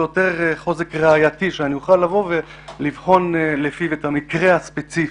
קצת יותר חוזק ראייתי שאני אוכל לבוא ולבחון לפיו את המקרה הספציפי.